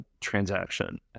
transaction